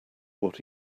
what